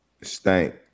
Stank